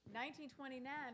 1929